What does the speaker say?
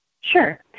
Sure